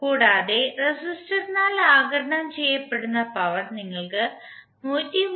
കൂടാതെ റെസിസ്റ്ററിനാൽ ആഗിരണം ചെയ്യപ്പെടുന്ന പവർ നിങ്ങൾക്ക് 133